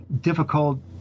difficult